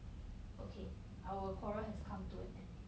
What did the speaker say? okay our quarrel has come to an end